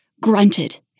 grunted